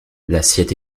l’assiette